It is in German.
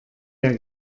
der